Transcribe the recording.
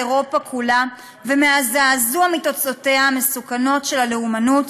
אירופה כולה ומהזעזוע מתוצאותיה המסוכנות של הלאומנות,